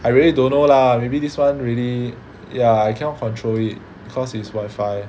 I really don't know lah maybe this one really ya I cannot control it cause it's wifi